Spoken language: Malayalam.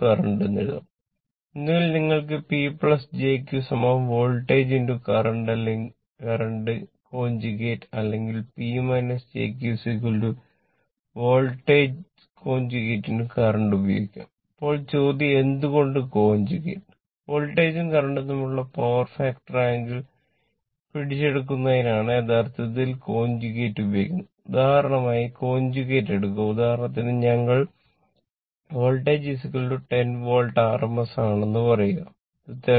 കറന്റ് എന്ന് എഴുതാം ഒന്നുകിൽ നിങ്ങൾക്ക് P jQ വോൾട്ടേജ് ആണെന്ന് പറയുക അത് 30 o